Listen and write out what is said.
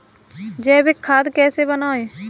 जैविक खाद कैसे बनाएँ?